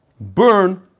burn